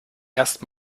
erst